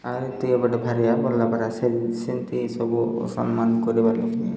ଆଉ ସେ ସେମିତି ସବୁ ଅସମ୍ମାନ କରିବା ଲୋକ